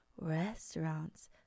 restaurants